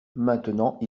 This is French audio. maintenant